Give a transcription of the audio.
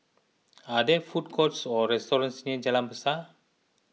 are there food courts or restaurants near Jalan Besar